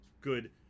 good